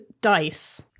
dice